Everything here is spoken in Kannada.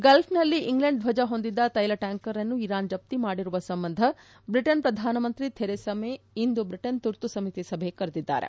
ಗಲ್ಫ್ ನಲ್ಲಿ ಇಂಗ್ಲೆಂಡ್ ಧ್ವಜ ಹೊಂದಿದ್ದ ತೈಲ ಟ್ಕಾಂಕರ್ ಅನ್ನು ಇರಾನ್ ಜಪ್ತಿ ಮಾಡಿರುವ ಸಂಬಂಧ ಬ್ರಿಟನ್ ಪ್ರಧಾನಮಂತ್ರಿ ಥೆರೆಸಾ ಮೇ ಇಂದು ಬ್ರಿಟನ್ ತುರ್ತು ಸಮಿತಿ ಸಭೆ ಕರೆದಿದ್ದಾರೆ